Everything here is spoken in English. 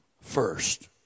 first